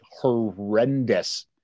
horrendous